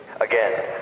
Again